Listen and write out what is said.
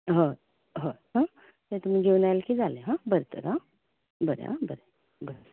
हय हय आं ते तुमी घेवन आयले की जालें हां बरें तर हां बरें हां बरें